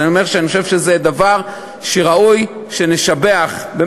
אני אומר שאני חושב שזה דבר שראוי שנשבח עליו,